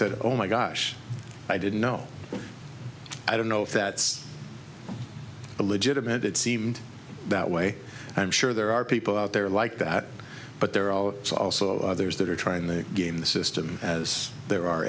said oh my gosh i didn't know i don't know if that's a legitimate it seemed that way i'm sure there are people out there like that but there are also others that are trying to game the system as there are